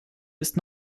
ist